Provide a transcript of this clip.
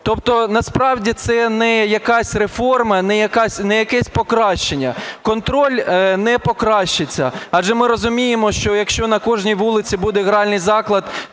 Тобто насправді це не якась реформа, не якесь покращення. Контроль не покращиться. Адже ми розуміємо, що, якщо на кожній вулиці буде гральний заклад,